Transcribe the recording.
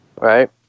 right